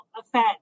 offense